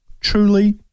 truly